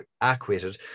acquitted